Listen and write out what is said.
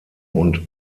und